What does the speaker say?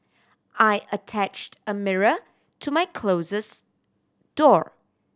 I attached a mirror to my closet door